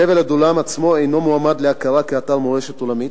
חבל עדולם עצמו אינו מועמד להכרה כאתר מורשת עולמית.